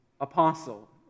apostle